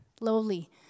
lowly